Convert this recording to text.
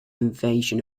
invasion